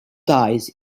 dies